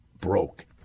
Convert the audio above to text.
broke